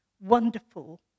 wonderful